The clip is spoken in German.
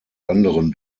anderen